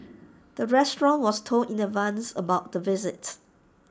the restaurant was told in advance about the visits